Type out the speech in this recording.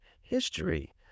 history